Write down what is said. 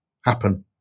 happen